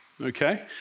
okay